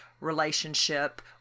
relationship